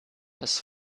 das